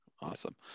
Awesome